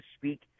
speak